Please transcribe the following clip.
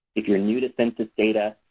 if you're new to census data,